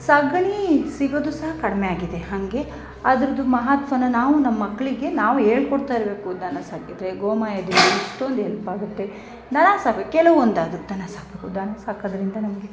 ಸಗಣಿ ಸಿಗೋದು ಸಹ ಕಡಿಮೆ ಆಗಿದೆ ಹಂಗೆ ಅದ್ರದು ಮಹತ್ವನ ನಾವು ನಮ್ಮ ಮಕ್ಕಳಿಗೆ ನಾವು ಹೇಳ್ಕೊಡ್ತ ಇರಬೇಕು ದನ ಸಾಕಿದರೆ ಗೋಮಯದಿಂದ ಇಷ್ಟೊಂದು ಎಲ್ಪ್ ಆಗುತ್ತೆ ದನ ಸಾಕೋ ಕೆಲವೊಂದಾದರು ದನ ಸಾಕ್ಬೇಕು ದನ ಸಾಕೋದ್ರಿಂದ ನಮಗೆ